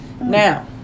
Now